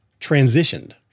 transitioned